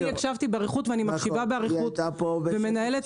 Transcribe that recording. אני הקשבתי באריכות ואני מקשיבה באריכות ומנהלת